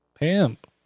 Pimp